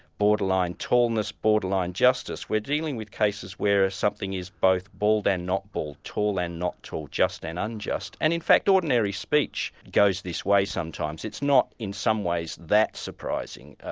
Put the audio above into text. borderline tallness, borderline justice, we're dealing with cases where something is both bald and not bald tall and not tall just and unjust. and in fact, ordinary speech goes this way sometimes. it's not in some ways that surprising.